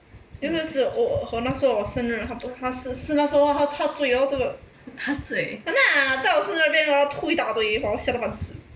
我我那时候我生日他不他是是他说他他醉然后这个 !hanna! 在我生日那边哦吐一大堆把我吓到半死